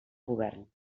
govern